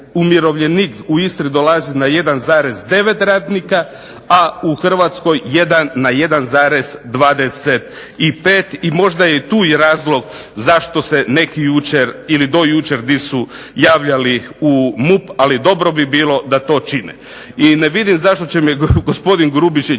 umirovljenik u Istri dolazi na 1,9 radnika, a u Hrvatskoj jedan na 1,25 i možda je i tu razlog zašto se neki jučer ili do jučer nisu javljali u MUP. Ali dobro bi bilo da to čine. I ne vidim zašto će mi gospodin Grubišić